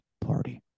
party